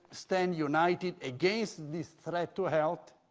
stand united against this threat to health,